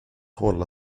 hålla